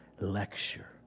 lecture